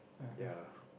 ya